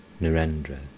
Narendra